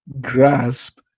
grasp